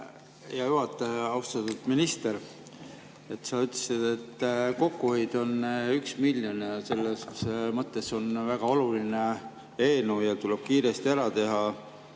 Hea juhataja! Austatud minister! Sa ütlesid, et kokkuhoid on 1 miljon. Selles mõttes on see väga oluline eelnõu ja tuleb kiiresti ära teha,